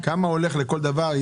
כמה הולך לכל דבר?